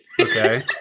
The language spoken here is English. Okay